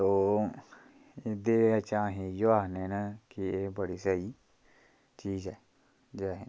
तो एह्दे च अहें इ'यो आखने आं के एह् बड़ी स्हेई चीज ऐ